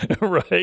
Right